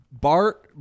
Bart